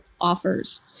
offers